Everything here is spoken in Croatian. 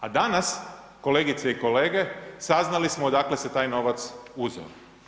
A danas kolegice i kolege, saznali smo odakle se taj novac uzeo.